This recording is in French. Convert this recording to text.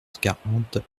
quarante